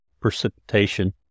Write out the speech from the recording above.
precipitation